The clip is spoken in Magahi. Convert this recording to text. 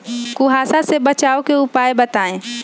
कुहासा से बचाव के उपाय बताऊ?